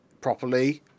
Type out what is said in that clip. properly